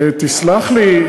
תסלח לי,